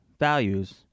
values